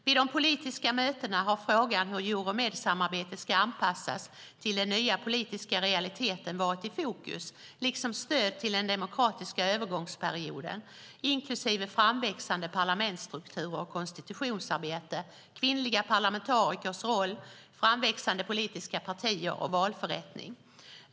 Vid de politiska mötena har frågan hur Euromedsamarbetet ska anpassas till den nya politiska realiteten varit i fokus liksom stöd till den demokratiska övergångsperioden, inklusive framväxande parlamentsstrukturer och konstitutionsarbete, kvinnliga parlamentarikers roll, framväxande politiska partier och valförrättning.